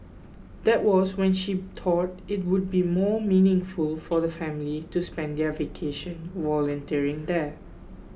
that was when she thought it would be more meaningful for the family to spend their vacation volunteering there